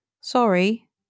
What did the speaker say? sorry